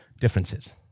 differences